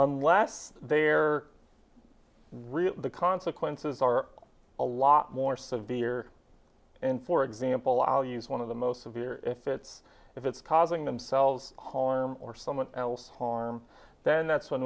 nless there really the consequences are a lot more severe and for example i'll use one of the most severe if it's if it's causing themselves harm or someone else harm then that's when